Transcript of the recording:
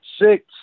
Six